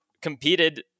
competed